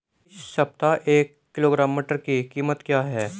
इस सप्ताह एक किलोग्राम मटर की कीमत क्या है?